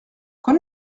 qu’en